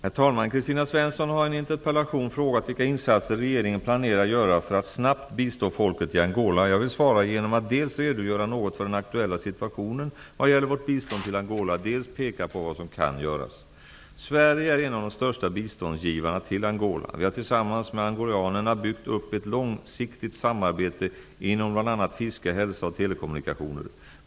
Herr talman! Kristina Svensson har i en interpellation frågat vilka insatser regeringen planerar göra för att snabbt bistå folket i Angola. Jag vill svara genom att dels redogöra något för den aktuella situationen vad gäller vårt bistånd till Angola, dels peka på vad som kan göras. Sverige är en av de större biståndsgivarna till Angola. Vi har tillsammans med angolanerna byggt upp ett långsiktigt samarbete inom bl.a. fiske, hälsa och telekommunikationer.